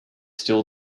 still